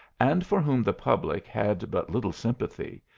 and for whom the public had but little sympathy,